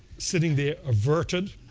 sitting there averted.